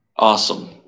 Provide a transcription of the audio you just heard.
Awesome